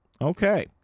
Okay